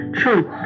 true